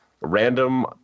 random